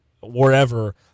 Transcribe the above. wherever